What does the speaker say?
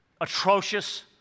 atrocious